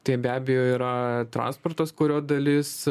tai be abejo yra transportas kurio dalis